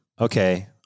Okay